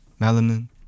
Melanin